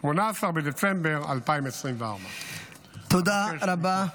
18 בדצמבר 2024. תודה רבה,